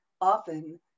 often